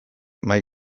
mahai